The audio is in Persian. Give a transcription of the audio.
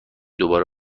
دوباره